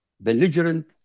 belligerent